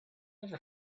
never